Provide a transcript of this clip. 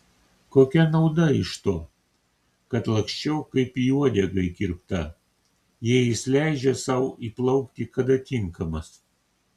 kokia nauda iš to kad laksčiau kaip į uodegą įkirpta jei jis leidžia sau įplaukti kada tinkamas